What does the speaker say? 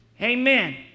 Amen